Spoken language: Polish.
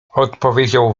odpowiedział